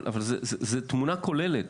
אבל זו תמונה כוללת.